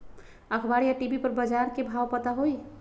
अखबार या टी.वी पर बजार के भाव पता होई?